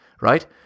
right